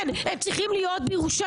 כן, הם צריכים להיות בירושלים.